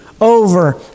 over